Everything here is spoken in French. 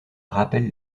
rappelle